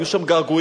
היו שם געגועים.